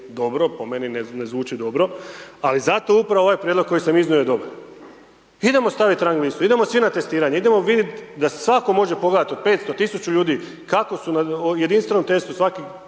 dobro, po meni ne zvuči dobro, ali zato upravo ovaj prijedlog koji sam iznio je dobar. Idemo stavi rang listu idemo svi na testiranje, idemo vidit da svako može pogledat od 500 od 1000 ljudi kako su na jedinstvenom testu svakih